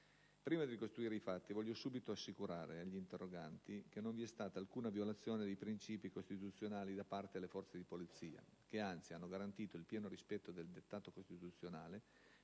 Prima di ricostruire i fatti voglio subito assicurare agli interroganti che non vi è stata alcuna violazione dei principi costituzionali da parte delle forze di polizia che, anzi, hanno garantito il pieno rispetto dei dettato costituzionale